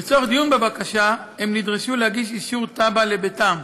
לצורך דיון בבקשה הם נדרשו להגיש אישור תב"ע לביתם.